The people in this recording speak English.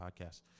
Podcast